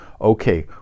okay